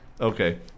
Okay